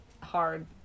hard